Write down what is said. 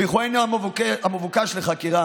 וכי הוא אינו המבוקש לחקירה.